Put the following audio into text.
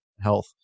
health